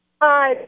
Hi